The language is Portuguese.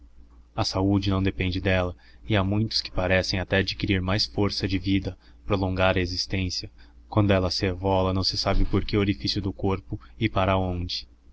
a saúde não depende dela e há muitos que parecem até adquirir mais força de vida prolongar a existência quando ela se evola não se sabe por que orifício do corpo e para onde